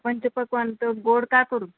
पंचपक्वान्न तर गोड काय करू